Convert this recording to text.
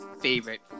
favorite